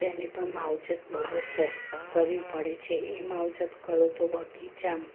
તેને પણ માવજત બહુ જ સ કરવી પડે છે એ માવજત કરો તો બગીચામાં